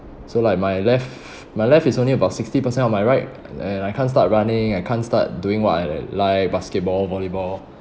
so like my left my left is only about sixty percent of my right and I can't start running I can't start doing what I like basketball volleyball